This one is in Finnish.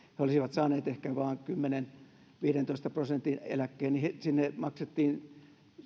he olisivat saaneet ehkä vain kymmenen viiva viidentoista prosentin eläkkeen sinne maksettiin